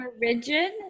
rigid